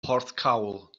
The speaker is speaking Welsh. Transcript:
porthcawl